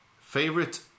Favorite